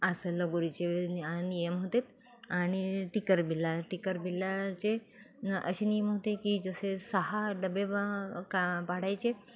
असे लगोरीचे नि नियम होते आणि टिकर बिल्ला टिकर बिल्लाचे न असे नियम होते की जसे सहा डबे बा का पाडायचे